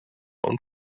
und